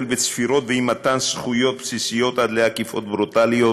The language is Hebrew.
מצפירות ואי-מתן זכויות בסיסיות עד לעקיפות ברוטליות